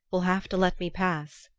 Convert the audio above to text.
wilt have to let me pass.